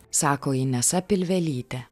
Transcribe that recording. sako inesa pilvelytė